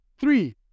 Three